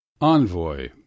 Envoy